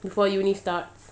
before uni starts